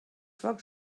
focs